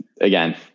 again